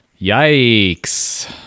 yikes